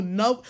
no